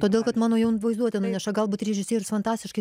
todėl kad mano jau vaizduotė nuneša galbūt režisierius fantastiškai